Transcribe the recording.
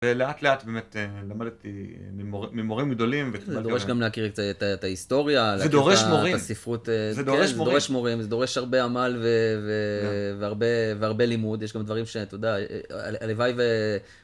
ולאט לאט באמת למדתי ממורים גדולים. זה דורש גם להכיר קצת את ההיסטוריה. זה דורש מורים. את הספרות, כן, זה דורש מורים. זה דורש הרבה עמל והרבה לימוד. יש גם דברים שאתה יודע, הלוואי ו...